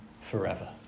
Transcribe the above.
forever